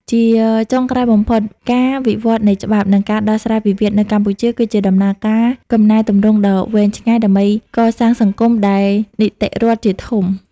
ជាចុងក្រោយបំផុត ការវិវត្តនៃច្បាប់ និងការដោះស្រាយវិវាទនៅកម្ពុជា គឺជាដំណើរការកំណែទម្រង់ដ៏វែងឆ្ងាយ ដើម្បីកសាងសង្គមដែលនីតិរដ្ឋជាធំ។